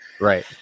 Right